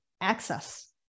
access